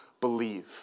believe